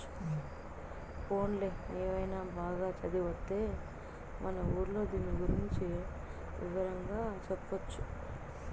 పోన్లే నీవైన బాగా చదివొత్తే మన ఊర్లో దీని గురించి వివరంగా చెప్పొచ్చు